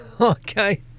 Okay